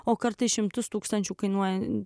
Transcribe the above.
o kartais šimtus tūkstančių kainuojantį